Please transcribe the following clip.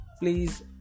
please